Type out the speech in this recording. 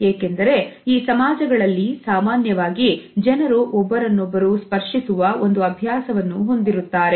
ಏಕೆಂದರೆ ಈ ಸಮಾಜಗಳಲ್ಲಿ ಸಾಮಾನ್ಯವಾಗಿ ಜನರು ಒಬ್ಬರನ್ನೊಬ್ಬರು ಸ್ಪರ್ಶಿಸುವ ಒಂದು ಅಭ್ಯಾಸವನ್ನು ಹೊಂದಿರುತ್ತಾರೆ